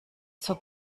zur